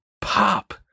pop